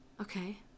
okay